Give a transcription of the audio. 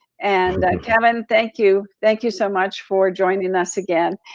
and kevin, thank you. thank you so much for joining us again.